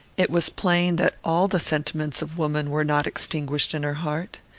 it was plain that all the sentiments of woman were not extinguished in her heart.